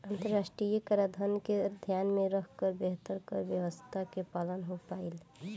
अंतरराष्ट्रीय कराधान के ध्यान में रखकर बेहतर कर व्यावस्था के पालन हो पाईल